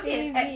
A B